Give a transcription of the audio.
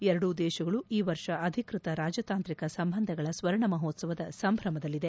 ಎರಡೂ ದೇಶಗಳು ಈ ವರ್ಷ ಅಧಿಕೃತ ರಾಜತಾಂತ್ರಿಕ ಸಂಬಂಧಗಳ ಸ್ವರ್ಣ ಮಹೋತ್ಸವದ ಸಂಭ್ರಮದಲ್ಲಿವೆ